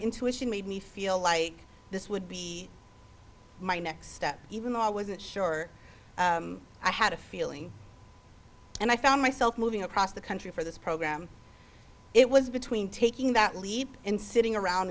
intuition made me feel like this would be my next step even though i wasn't sure i had a feeling and i found myself moving across the country for this program it was between taking that leap and sitting around